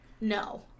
No